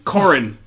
Corin